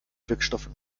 wirkstoff